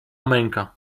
męka